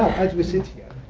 as we sit here,